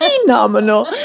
phenomenal